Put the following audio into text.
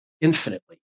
infinitely